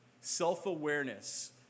Self-awareness